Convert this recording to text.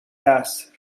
درس